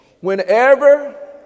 Whenever